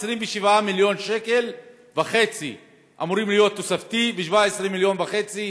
27.5 מיליון שקל אמורים להיות תוספתי ו-17.5 מיליון שקל,